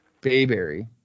Bayberry